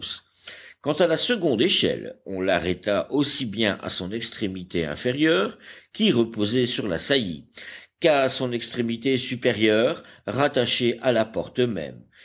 quant à la seconde échelle on l'arrêta aussi bien à son extrémité inférieure qui reposait sur la saillie qu'à son extrémité supérieure rattachée à la porte